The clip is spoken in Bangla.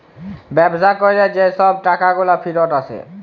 ব্যবসা ক্যরে যে ছব টাকাগুলা ফিরত আসে